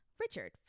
Richard